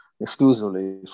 exclusively